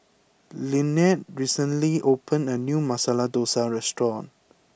Lynnette recently opened a new Masala Dosa restaurant